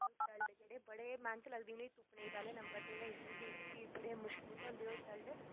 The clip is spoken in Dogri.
ते मतलब तलड जेह्ड़े बड़ी मैह्नत लगदी इ'नें गी तुप्पनै गी पैह्ले नंबर उ'नें गी गुड्डी गुड्डी बड़े मुशकल कन्नै थ्होंदे ओह् तलड